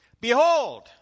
behold